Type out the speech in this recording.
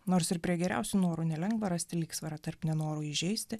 nors ir prie geriausių norų nelengva rasti lygsvarą tarp nenoro įžeisti